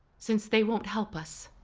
since they won't help us,